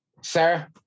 Sarah